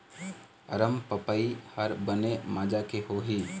अरमपपई हर बने माजा के होही?